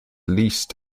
least